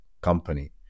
company